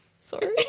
Sorry